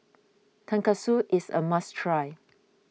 Tonkatsu is a must try